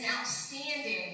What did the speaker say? outstanding